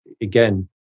again